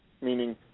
meaning